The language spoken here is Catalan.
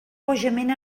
bojament